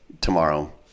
tomorrow